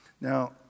Now